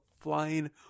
flying